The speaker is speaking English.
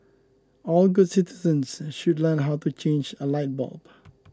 all good citizens should learn how to change a light bulb